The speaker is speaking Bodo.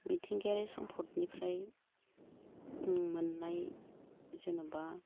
मिथिंगायारि सम्फदनिफ्राय मोननाय जेन'बा